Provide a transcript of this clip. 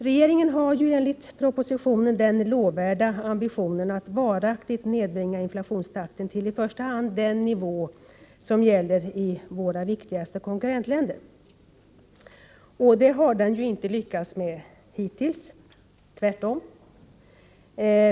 Regeringen har enligt propositionen den lovvärda ambitionen att varaktigt nedbringa inflationstakten till i första hand den nivå som gäller i våra viktigaste konkurrentländer. Det har regeringen inte lyckats med hittills, tvärtom.